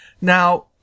now